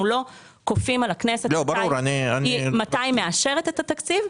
אנחנו לא כופים על הכנסת מתי היא מאשרת את התקציב,